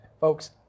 Folks